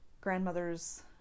grandmother's